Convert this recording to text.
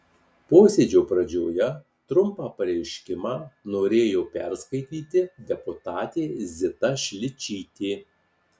posėdžio pradžioje trumpą pareiškimą norėjo perskaityti deputatė zita šličytė